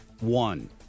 One